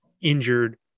injured